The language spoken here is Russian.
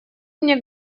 мне